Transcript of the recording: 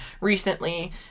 recently